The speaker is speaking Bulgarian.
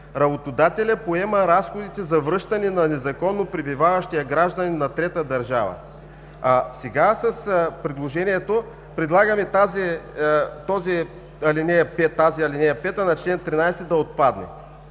Работодателят поема разходите за връщане на незаконно пребиваващия гражданин на трета държава“. А сега предлагаме тази ал. 5 на чл. 13 да отпадне.